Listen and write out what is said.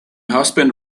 husband